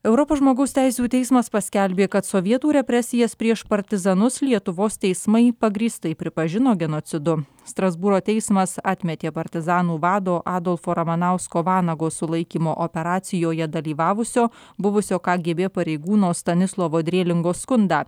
europos žmogaus teisių teismas paskelbė kad sovietų represijas prieš partizanus lietuvos teismai pagrįstai pripažino genocidu strasbūro teismas atmetė partizanų vado adolfo ramanausko vanago sulaikymo operacijoje dalyvavusio buvusio ką gė bė pareigūno stanislovo drėlingos skundą